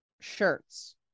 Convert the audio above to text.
shirts